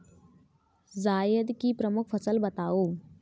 जायद की प्रमुख फसल बताओ